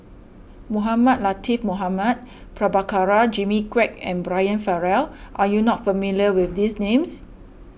Mohamed Latiff Mohamed Prabhakara Jimmy Quek and Brian Farrell are you not familiar with these names